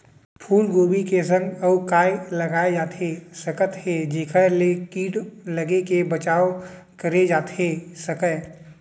फूलगोभी के संग अऊ का लगाए जाथे सकत हे जेखर ले किट लगे ले बचाव करे जाथे सकय?